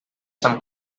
some